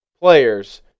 players